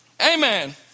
Amen